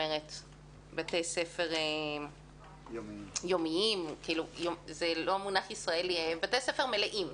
בתי ספר יומיים זה לא מונח ישראלי בתי ספר מלאים.